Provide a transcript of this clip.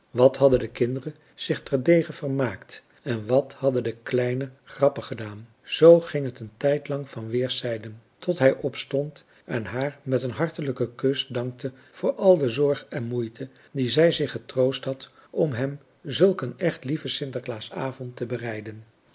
wat hadden de kinderen zich terdege vermaakt en wat hadden de kleinen grappig gedaan zoo ging het een tijdlang van weerszijden tot hij opstond en haar met een hartelijken kus dankte voor al de zorg en moeite die zij zich getroost had om hem zulk een echt lieven sinterklaasavond te bereiden